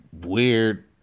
weird